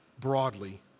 broadly